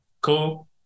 Cool